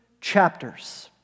chapters